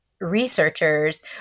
researchers